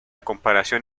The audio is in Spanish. comparación